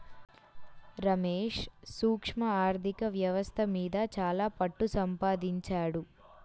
రమేష్ సూక్ష్మ ఆర్ధిక వ్యవస్థ మీద చాలా పట్టుసంపాదించాడు